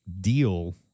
deal